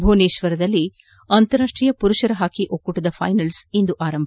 ಭುವನೇಶ್ವರದಲ್ಲಿ ಅಂತಾರಾಷ್ಟೀಯ ಪುರುಷರ ಹಾಕಿ ಒಕ್ಕೂ ಟದ ಫೈನಲ್ಪ್ ಇಂದು ಆರಂಭ